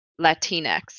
Latinx